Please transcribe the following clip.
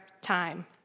time